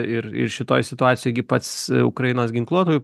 ir ir šitoj situacijoj gi pats ukrainos ginkluotųjų